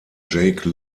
jake